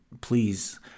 please